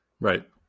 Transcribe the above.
Right